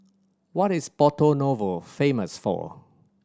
what is Porto Novo famous for